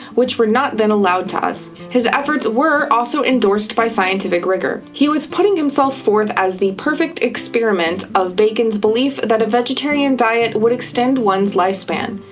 which were not then allowed to us, his efforts were also endorsed by scientific rigour. he was putting himself forth as the perfect experiment of bacon's belief that a vegetarian diet would extend one's lifespan.